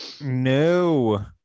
No